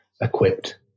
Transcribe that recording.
equipped